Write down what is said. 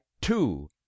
two